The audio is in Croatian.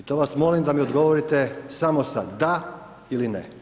I to vas molim da mi odgovorite samo sa da ili ne.